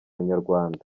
nyarwanda